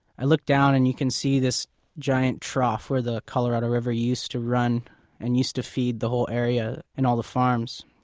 i looked down and you can see this giant trough where the colorado river used to run and used to feed the whole area and all the farms.